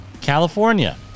California